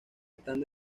están